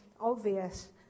obvious